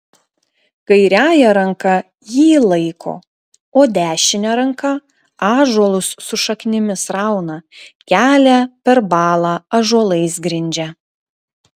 kairiąja ranka jį laiko o dešine ranka ąžuolus su šaknimis rauna kelią per balą ąžuolais grindžia